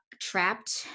trapped